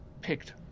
picked